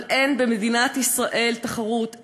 אבל אין במדינת ישראל תחרות.